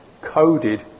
coded